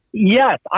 Yes